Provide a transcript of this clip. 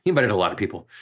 he invited a lot of people.